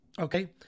okay